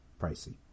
pricey